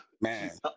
man